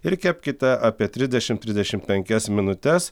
ir kepkite apie trisdešim trisdešim penkias minutes